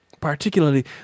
particularly